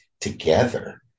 together